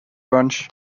bunch